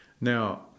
Now